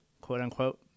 quote-unquote